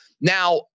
Now